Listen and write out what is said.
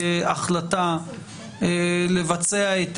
בהחלטה לבצע את